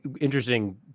interesting